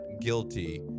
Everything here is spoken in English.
guilty